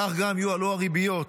כך גם יועלו הריביות